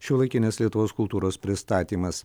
šiuolaikinės lietuvos kultūros pristatymas